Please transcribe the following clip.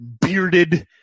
bearded